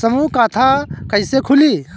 समूह खाता कैसे खुली?